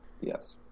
Yes